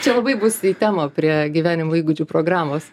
čia labai bus į temą prie gyvenimo įgūdžių programos